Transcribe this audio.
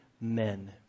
men